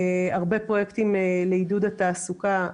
הרבה פרויקטים לעידוד התעסוקה,